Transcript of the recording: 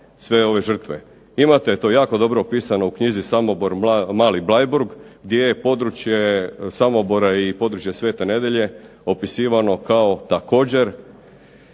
sve ove žrtve. Imate to jako dobro opisano u knjizi "Samobor-mali Bleiburg" gdje je područje Samobora i područje Svete Nedjelje opisivano kao također